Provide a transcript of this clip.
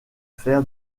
fer